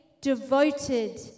devoted